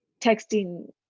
texting